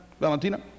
Valentina